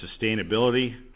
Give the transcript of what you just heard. sustainability